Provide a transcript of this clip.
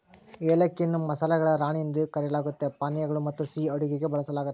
ಏಲಕ್ಕಿಯನ್ನು ಮಸಾಲೆಗಳ ರಾಣಿ ಎಂದು ಕರೆಯಲಾಗ್ತತೆ ಪಾನೀಯಗಳು ಮತ್ತುಸಿಹಿ ಅಡುಗೆಗೆ ಬಳಸಲಾಗ್ತತೆ